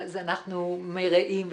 אז אנחנו מרעים.